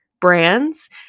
brands